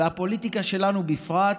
והפוליטיקה שלנו בפרט,